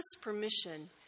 permission